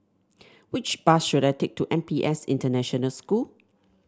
which bus should I take to N P S International School